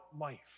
life